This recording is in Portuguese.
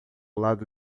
lado